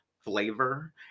flavor